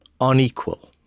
unequal